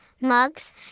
mugs